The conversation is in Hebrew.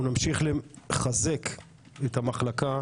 אנחנו נמשיך לחזק את המחלקה